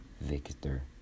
Victor